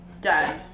done